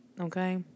Okay